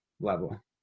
level